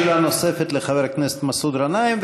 שאלה נוספת לחבר הכנסת גנאים,